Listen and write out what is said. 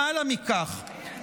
למעלה מכך,